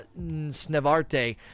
Snevarte